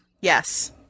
Yes